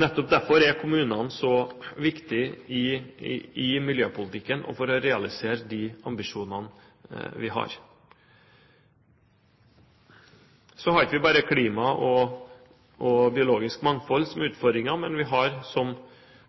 Nettopp derfor er kommunene så viktige i miljøpolitikken og for å realisere de ambisjonene vi har. Så har vi ikke bare klimaet og biologisk mangfold som utfordringer, men vi har, som